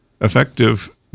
Effective